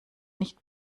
nicht